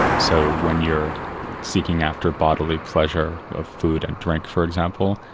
so when you're seeking after bodily pleasure of food and drink for example,